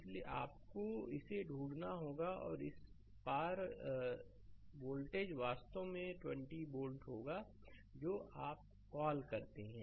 इसलिए आपको इसे ढूंढना होगा और इस पार इस पार वोल्टेज वास्तव में 20 वोल्ट होगा जो आप कॉल करते हैं